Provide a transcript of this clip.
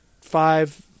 five